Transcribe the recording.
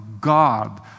God